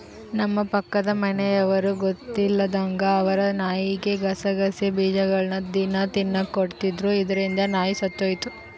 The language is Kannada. ನಮ್ಮ ಪಕ್ಕದ ಮನೆಯವರು ಗೊತ್ತಿಲ್ಲದಂಗ ಅವರ ನಾಯಿಗೆ ಗಸಗಸೆ ಬೀಜಗಳ್ನ ದಿನ ತಿನ್ನಕ ಕೊಡ್ತಿದ್ರು, ಇದರಿಂದ ನಾಯಿ ಸತ್ತೊಯಿತು